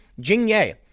Jingye